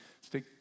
stay